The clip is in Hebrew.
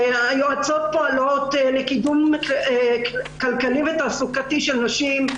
היועצות פועלות לקידום כלכלי ותעסוקתי של נשים.